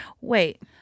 Wait